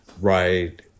right